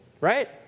right